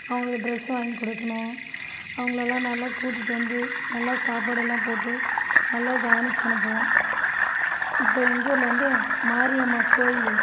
அவங்களுக்கு ட்ரெஸ் வாங்கி கொடுக்கணும் அவங்களெல்லாம் நல்லா கூட்டுட்டு வந்து நல்லா சாப்பாடுல்லாம் போட்டு நல்லா கவனிச்சு அனுப்புவோம் இப்போ எங்கூரில் வந்து மாரியம்மா கோயில்